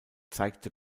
zeigte